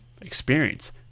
experience